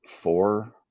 four